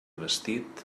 vestit